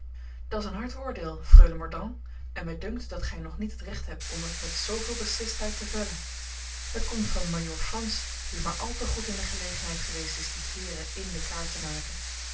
dat's een hard oordeel freule mordaunt en mij dunkt dat gij nog niet het recht hebt om het met zooveel beslistheid te vellen het komt van majoor frans die maar al te goed in de gelegenheid geweest is die heeren in de kaart te maken